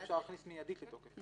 זה אפשר להכניס מיידית לתוקף.